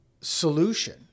solution